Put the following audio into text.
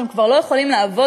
כשהם כבר לא יכולים לעבוד,